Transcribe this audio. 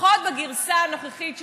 לפחות בגרסה הנוכחית שלה,